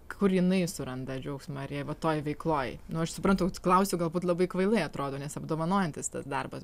kur jinai suranda džiaugsmą ir jei va toj veikloj nu aš suprantu klausiu galbūt labai kvailai atrodo nes apdovanojantis tas darbas